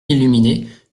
illuminé